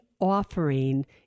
offering